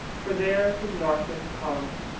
for there was north wind calling him.